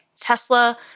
Tesla